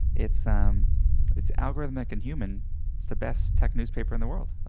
it's um it's algorithmic and human. it's the best tech newspaper in the world.